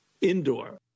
indoor